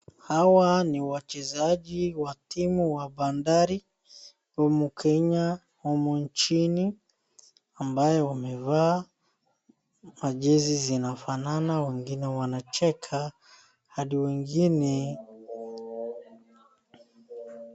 Hawa ni wachezaji wa timu wa bandari, wa humu Kenya wa humu nchini ambao wamevaa majezi zinafanana. Wengine wanacheka, hali wengine.